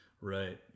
Right